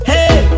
Hey